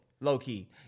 low-key